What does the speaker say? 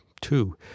two